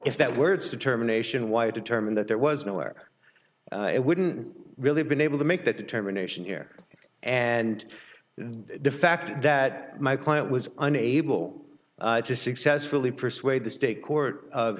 if that word's determination why it determined that there was no where it wouldn't really been able to make that determination here and the fact that my client was unable to successfully persuade the state court of